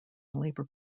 labor